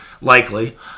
likely